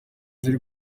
ziri